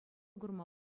курма